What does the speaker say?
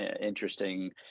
interesting